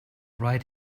right